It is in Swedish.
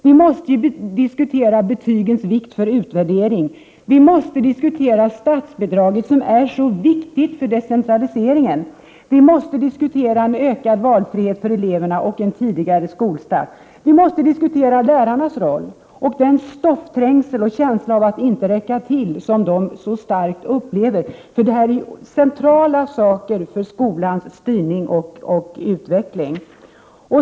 Vi måste diskutera betygens vikt för utvärdering. Vi måste diskutera statsbidraget, som är så viktigt för decentraliseringen. Vi måste diskutera ökad valfrihet för eleverna och en tidigare skolstart. Vi måste diskutera lärarnas roll, den stoffträngsel och känslan av att inte räcka till som de så starkt upplever. Det här är centrala saker för skolans styrning och utveckling.